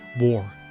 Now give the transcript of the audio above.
War